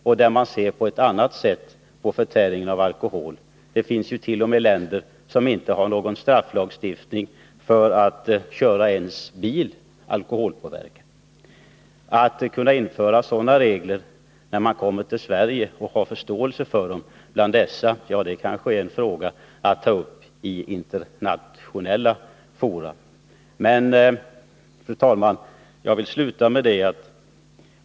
Där ser man ofta på ett annat sätt på förtäring av alkohol än vi gör. Det finns t.o.m. länder där det inte är straffbart ens att köra bil alkoholpåverkad. Det är svårt att tro att människor från dessa länder skulle ha förståelse för sådana regler när de kommer till Sverige. Det är kanske en fråga att ta upp i internationella fora. Fru talman!